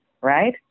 Right